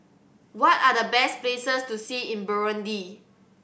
what are the best places to see in Burundi